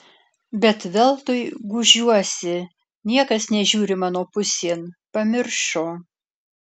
bet veltui gūžiuosi niekas nežiūri mano pusėn pamiršo